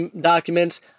documents